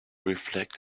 reflect